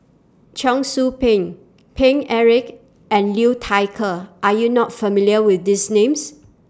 Cheong Soo Pieng Paine Eric and Liu Thai Ker Are YOU not familiar with These Names